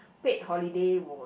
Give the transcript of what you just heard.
paid holiday was